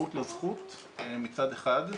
המודעות לזכות מצד אחד,